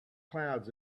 clouds